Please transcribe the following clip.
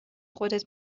خودت